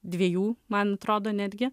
dviejų man atrodo netgi